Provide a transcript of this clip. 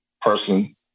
person